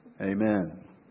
Amen